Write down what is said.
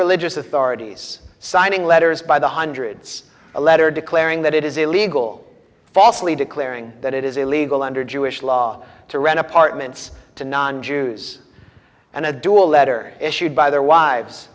religious authorities signing letters by the hundreds a letter declaring that it is illegal falsely declaring that it is illegal under jewish law to rent apartments to non jews and a dual letter issued by their wives